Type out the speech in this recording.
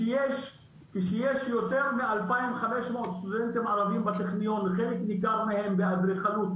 כשיש יותר מ-2,500 סטודנטים ערבים בטכניון וחלק ניכר מהם באדריכלות,